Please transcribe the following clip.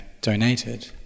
donated